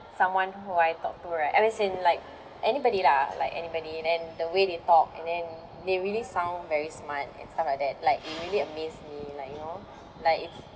someone who I talk to right as in like anybody lah like anybody and the way they talk and then they really sound very smart and stuff like that like it really amaze me like you know like it's